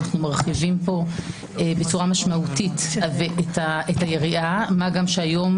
אנחנו מרחיבים כאן בצורה משמעותית את היריעה מה גם שהיום